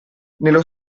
nello